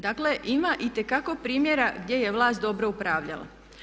Dakle, ima itekako primjera gdje je vlast dobro upravljala.